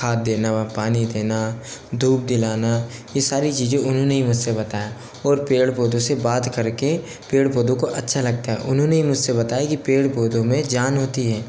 खाद देना व पानी देना धूप दिलाना ये सारी चीज़ें उन्होंने ही मुझे से बताया और पेड़ पौधों से बात कर के पेड़ पौधों को अच्छा लगता है उन्होंने ही मुझ से बताई कि पेड़ पौधों में जान होती है